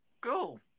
Go